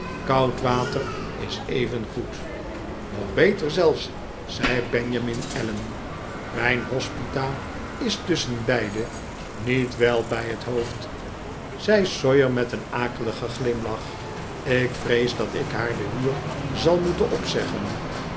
koud water is evengoed nog beter zelfs zei benjamin allen mijn hospita is tusschenbei de niet wel bij het hoofd zei sawyer met een akeligen glimlach ik vrees dat ik haar de huur zal moeten opzeggen